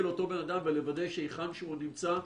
לאותו בן אדם ולוודא היכן שהוא נמצא,